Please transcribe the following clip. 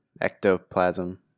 ectoplasm